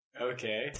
okay